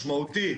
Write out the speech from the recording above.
משמעותי.